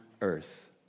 earth